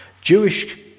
Jewish